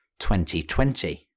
2020